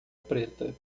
preta